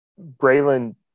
Braylon